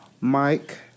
Mike